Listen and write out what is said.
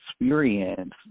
experience